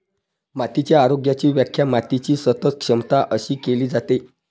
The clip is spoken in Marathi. मातीच्या आरोग्याची व्याख्या मातीची सतत क्षमता अशी केली जाते